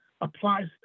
applies